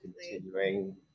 continuing